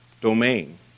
domain